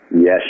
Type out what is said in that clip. yes